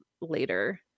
later